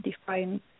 define